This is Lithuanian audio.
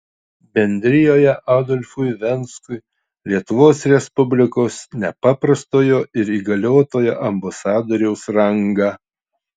bendrijoje adolfui venskui lietuvos respublikos nepaprastojo ir įgaliotojo ambasadoriaus rangą